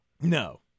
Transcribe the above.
No